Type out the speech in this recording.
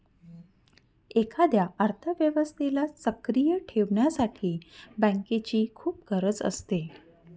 एखाद्या अर्थव्यवस्थेला सक्रिय ठेवण्यासाठी बँकेची खूप गरज असते